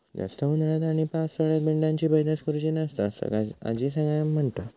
जास्त उन्हाळ्यात आणि पावसाळ्यात मेंढ्यांची पैदास करुची नसता, असा आजी कायम म्हणा